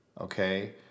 Okay